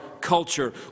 culture